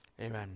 Amen